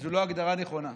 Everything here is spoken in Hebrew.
זו לא הגדרה נכונה.